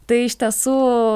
tai iš tiesų